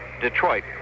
Detroit